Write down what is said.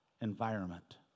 environment